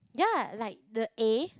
ya like the A